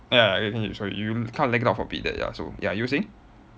ya you sorry you kind of lagged out for a bit there ya so ya you were saying